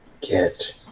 get